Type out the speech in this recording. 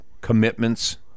commitments